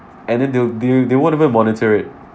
and then they'll they won't even monitor it